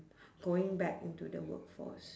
going back into the workforce